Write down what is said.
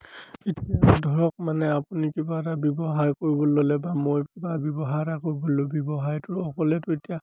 এতিয়া ধৰক মানে আপুনি কিবা এটা ব্যৱসায় কৰিবলৈ ল'লে বা মই কিবা ব্যৱসায় এটা কৰিবলৈ ললোঁ ব্যৱসায়টো অকলেতো এতিয়া